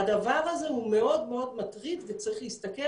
הדבר הזה הוא מאוד מאוד מטריד וצריך להסתכל